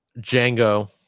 Django